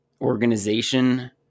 organization